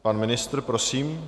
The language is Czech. Pan ministr, prosím.